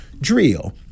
Drill